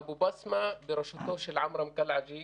אבו בסמה, בראשותו של עמרם קלעג'י